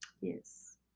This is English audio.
yes